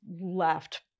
left